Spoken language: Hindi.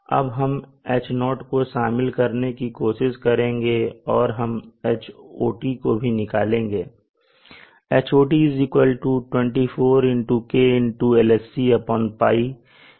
अब हम Ho को शामिल करने की कोशिश करेंगे और हम Hot को भी निकालेंगे